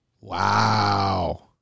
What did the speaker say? Wow